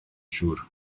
siŵr